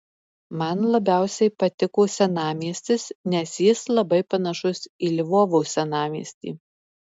man labiausiai patiko senamiestis nes jis labai panašus į lvovo senamiestį